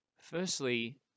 Firstly